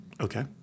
Okay